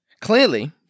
Clearly